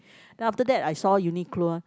then after that I saw Uniqlo one